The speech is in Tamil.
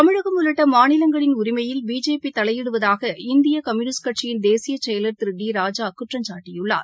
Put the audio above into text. தமிழகம் உள்ளிட்ட மாநிலங்களின் உரிமையில் பிஜேபி தலையிடுவதாக இந்திய கம்யூளிஸ்ட் கட்சியின் தேசிய செயலர் திரு டி ராஜா குற்றம்சாட்டியுள்ளார்